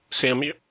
Samuel